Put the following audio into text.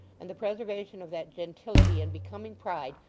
and the preservation of that gentility and becoming pride,